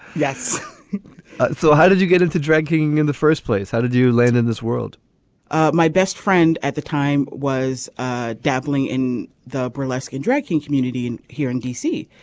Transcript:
yes so how did you get into drag king in the first place. how did you land in this world my best friend at the time was ah dabbling in the burlesque and drag king community and here in dc.